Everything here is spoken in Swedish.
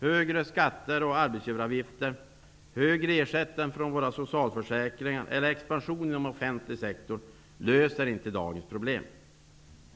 Högre skatter och arbetsgivaravgifter, höga ersättningar från våra socialförsäkringar eller expansion inom den offentliga sektorn löser inte problemen.